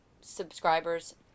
subscribers